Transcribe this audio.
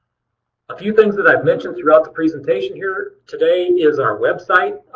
a few things that i've mentioned throughout the presentation here today is our website.